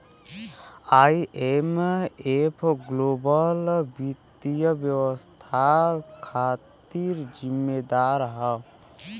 IMF global वित्तीय व्यवस्था खातिर जिम्मेदार हौ